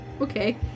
okay